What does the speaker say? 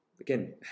Again